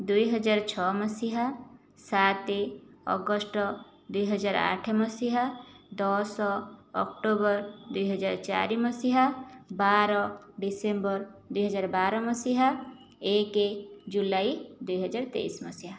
ଦୁଇହଜାର ଛଅ ମସିହା ସାତ ଅଗଷ୍ଟ ଦୁଇହଜାର ଆଠ ମସିହା ଦଶ ଅକ୍ଟୋବର ଦୁଇହଜାର ଚାରି ମସିହା ବାର ଡିସେମ୍ବର ଦୁଇହଜାର ବାର ମସିହା ଏକ ଜୁଲାଇ ଦୁଇହଜାର ତେଇଶ ମସିହା